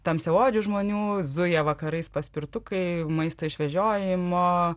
tamsiaodžių žmonių zuja vakarais paspirtukai maisto išvežiojimo